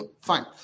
Fine